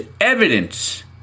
evidence